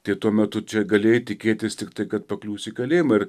tai tuo metu čia galėjai tikėtis tiktai kad pakliūsi į kalėjimą ir